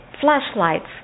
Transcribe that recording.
flashlights